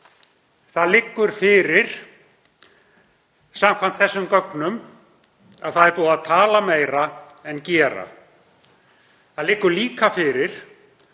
Það liggur fyrir samkvæmt þessum gögnum að búið er að tala meira en gera. Það liggur líka fyrir